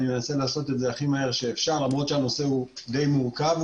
אני אנסה לעשות את זה הכי מהר שאפשר למרות שהנושא הוא די מורכב.